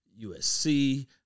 USC